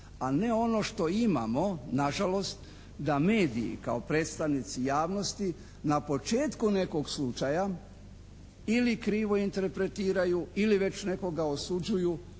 a ne ono što imamo na žalost, da mediji kao predstavnici javnosti na početku nekog slučaja ili krivo interpretiraju ili već nekoga osuđuju